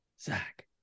Zach